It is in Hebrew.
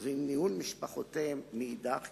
גיסא ועם ניהול משפחותיהן מאידך גיסא,